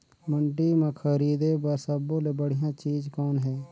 मंडी म खरीदे बर सब्बो ले बढ़िया चीज़ कौन हे?